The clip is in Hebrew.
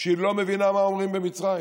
שהיא לא מבינה מה אומרים במצרים